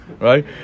right